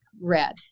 red